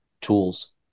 tools